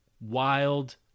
wild